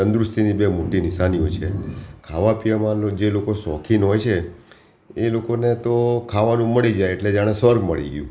તંદુરસ્તીની બે મોટી નિશાનીઓ છે ખાવા પીવામાં લો જે લોકો શોખીન હોય છે એ લોકોને તો ખાવાનું મળી જાય એટલે જાણે સ્વર્ગ મળી ગયું